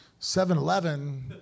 7-Eleven